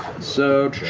so.